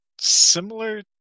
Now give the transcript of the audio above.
similar